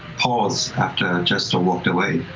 pause after jester walked away,